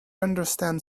understand